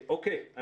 אוקיי,